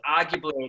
arguably